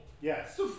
Yes